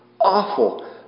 awful